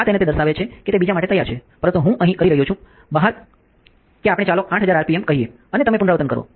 આ તેને તે દર્શાવે છે કે તે બીજા માટે તૈયાર છે પરંતુ હું આ અહીં કરી રહ્યો છું બહાર કે આપણે ચાલો 8000 આરપીએમ કહીએ અને તમે પુનરાવર્તન કરો